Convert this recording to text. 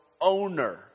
owner